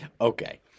Okay